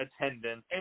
attendance